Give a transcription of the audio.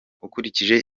ukurikije